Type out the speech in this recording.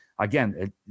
Again